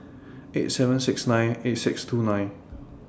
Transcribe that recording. eight seven six nine eight six two nine